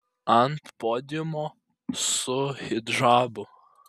ant podiumo su hidžabu